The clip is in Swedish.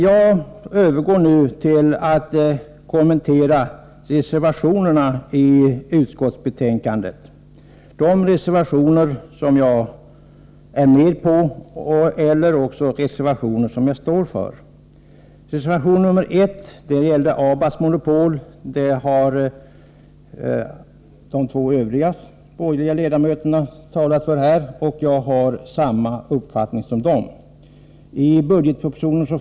Jag övergår härmed till att kommentera den gemensamma borgerliga reservationen och de reservationer som jag ensam står för. Reservation nr 1 gäller ABAB:s monopol. De två tidigare borgerliga ledamöterna i dagens debatt har talat för denna reservation.